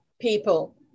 people